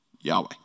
Yahweh